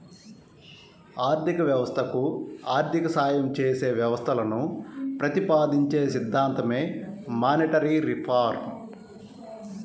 ఆర్థిక వ్యవస్థకు ఆర్థిక సాయం చేసే వ్యవస్థలను ప్రతిపాదించే సిద్ధాంతమే మానిటరీ రిఫార్మ్